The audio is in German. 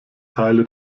teile